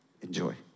Enjoy